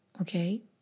okay